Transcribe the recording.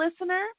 listener